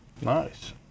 nice